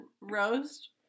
roast